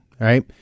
right